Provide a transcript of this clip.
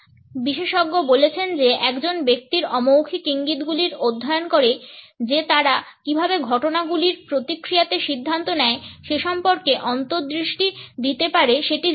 বিশেষজ্ঞ বলেছেন যে একজন ব্যক্তির অমৌখিক ইঙ্গিতগুলির অধ্যয়ন করে যে তারা কীভাবে ঘটনাগুলির প্রতিক্রিয়াতে সিদ্ধান্ত নেয় সে সম্পর্কে অন্তর্দৃষ্টি দিতে পারে সেটি জানা যায়